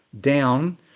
down